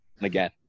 again